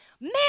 man